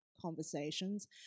conversations